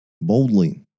boldly